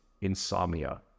insomnia